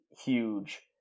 huge